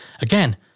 again